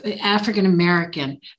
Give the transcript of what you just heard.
African-American